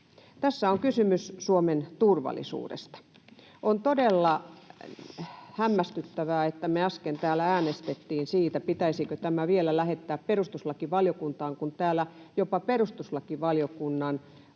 Tässä on kysymys Suomen turvallisuudesta. On todella hämmästyttävää, että me äsken täällä äänestettiin siitä, pitäisikö tämä vielä lähettää perustuslakivaliokuntaan, kun täällä jopa perustuslakivaliokunnan